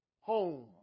home